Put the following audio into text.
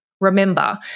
remember